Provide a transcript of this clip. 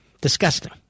Disgusting